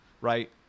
right